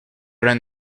ran